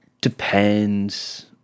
depends